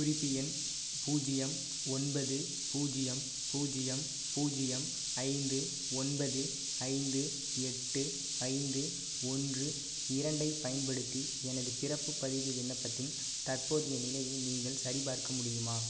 குறிப்பு எண் பூஜ்ஜியம் ஒன்பது பூஜ்ஜியம் பூஜ்ஜியம் பூஜ்ஜியம் ஐந்து ஒன்பது ஐந்து எட்டு ஐந்து ஒன்று இரண்டைப் பயன்படுத்தி எனது பிறப்பு பதிவு விண்ணப்பத்தின் தற்போதைய நிலையை நீங்கள் சரிபார்க்க முடியுமா